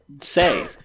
say